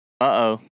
Uh-oh